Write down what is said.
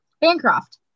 Bancroft